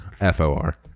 F-O-R